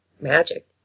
magic